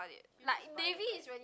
like maybe it's very